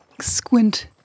squint